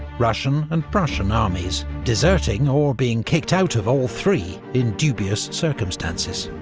russian, and prussian armies, deserting or being kicked out of all three in dubious circumstances.